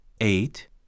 eight